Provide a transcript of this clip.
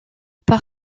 par